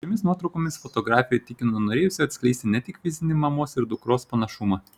šiomis nuotraukomis fotografė tikino norėjusi atskleisti ne tik fizinį mamos ir dukros panašumą